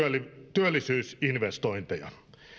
työllisyysinvestointeja